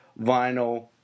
vinyl